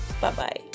Bye-bye